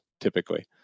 typically